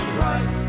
right